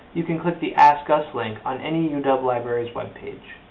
you can click the ask us link on any uw libraries web page.